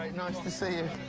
nice to see you.